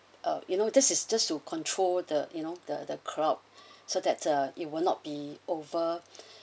uh you know this is just to control the you know the the crowd so that uh it will not be over